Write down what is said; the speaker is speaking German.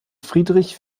friedrich